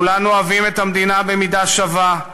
כולנו אוהבים את המדינה במידה שווה,